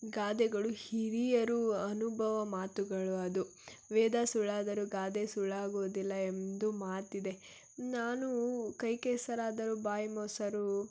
ಗಾದೆಗಳು ಹಿರಿಯರ ಅನುಭವ ಮಾತುಗಳು ಅದು ವೇದ ಸುಳ್ಳಾದರೂ ಗಾದೆ ಸುಳ್ಳಾಗುವುದಿಲ್ಲ ಎಂದು ಮಾತಿದೆ ನಾನು ಕೈ ಕೆಸರಾದರೆ ಬಾಯಿ ಮೊಸರು